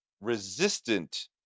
resistant